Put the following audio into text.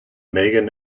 magen